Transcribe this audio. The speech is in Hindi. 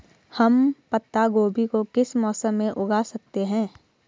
हम पत्ता गोभी को किस मौसम में उगा सकते हैं?